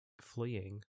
fleeing